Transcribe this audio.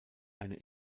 eine